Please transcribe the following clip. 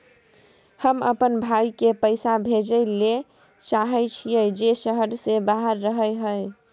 हम अपन भाई के पैसा भेजय ले चाहय छियै जे शहर से बाहर रहय हय